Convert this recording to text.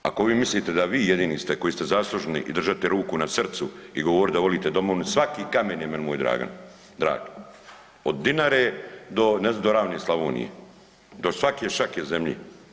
Ako vi mislite da vi jedini ste koji ste zaslužni i držati ruku na srcu i govorit da volite domovinu, svaki kamen je meni moj dragan, drag, od Dinare do, ne znam, do ravne Slavonije, do svake šake zemlje.